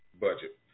budget